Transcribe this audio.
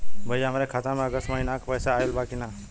भईया हमरे खाता में अगस्त महीना क पैसा आईल बा की ना?